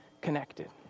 connected